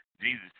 Jesus